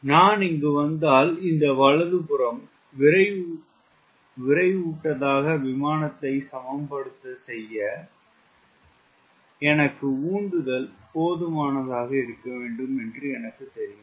நான் இங்கு வந்தால் இந்த வலதுப்புறம் விரைவுட்டதா விமானத்தை சமம் செய்ய எனக்கு உந்துதல் போதுமானதாக இருக்க வேண்டும் என்று எனக்குத் தெரியும்